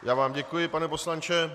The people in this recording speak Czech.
Já vám děkuji, pane poslanče.